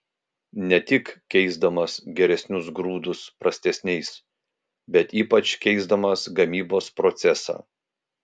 ne tik keisdamas geresnius grūdus prastesniais bet ypač keisdamas gamybos procesą